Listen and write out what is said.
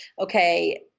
okay